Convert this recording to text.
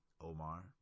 Omar